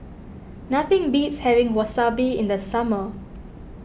nothing beats having Wasabi in the summer